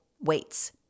weights